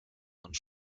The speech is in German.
und